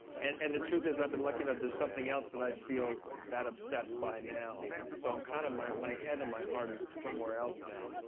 and and the truth is, i've been lucky enough there's something else that i feel that obsessed by now. so um kind of my my head and my heart is somewhere else now.